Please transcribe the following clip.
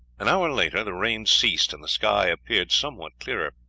an hour later the rain ceased and the sky appeared somewhat clearer.